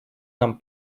нам